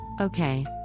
Okay